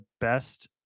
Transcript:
best